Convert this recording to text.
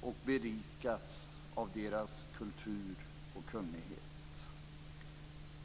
och berikats av deras kultur och kunnighet.